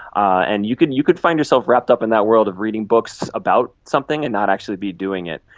and you could you could find yourself wrapped up in that world of reading books about something and not actually be doing it.